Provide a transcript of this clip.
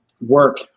work